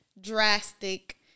drastic